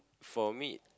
for me